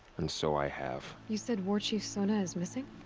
and so i have. you said warchief sona is missing?